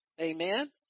Amen